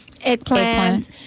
eggplant